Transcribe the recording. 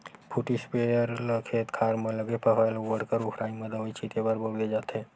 foot sprayer ल खेत खार म लगे फसल अउ बड़का रूख राई म दवई छिते बर बउरे जाथे